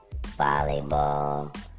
volleyball